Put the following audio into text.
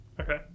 Okay